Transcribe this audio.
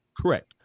Correct